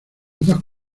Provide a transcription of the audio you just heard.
dos